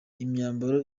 imyambaro